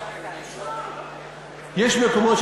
יש מקומות,